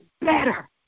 better